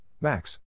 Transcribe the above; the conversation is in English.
Max